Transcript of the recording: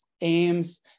aims